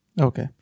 Okay